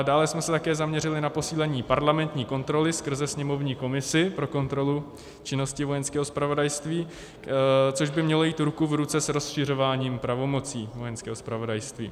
Dále jsme se také zaměřili na posílení parlamentní kontroly skrze sněmovní komisi pro kontrolu činnosti Vojenského zpravodajství, což by mělo jít ruku v ruce s rozšiřováním pravomocí Vojenského zpravodajství.